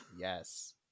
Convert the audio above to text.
Yes